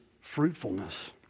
fruitfulness